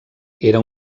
era